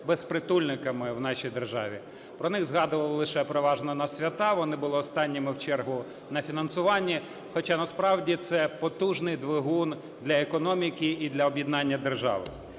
безпритульниками в нашій державі, про них згадували лише переважно на свята, вони були останніми в чергу на фінансуванні. Хоча насправді це потужний двигун для економіки і для об'єднання держави.